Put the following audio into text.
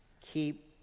keep